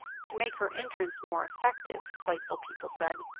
to make her entrance more effective, spiteful people said.